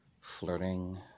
flirting